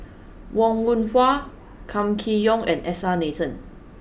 Wong Yoon Wah Kam Kee Yong and S R Nathan